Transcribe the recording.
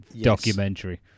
documentary